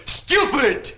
stupid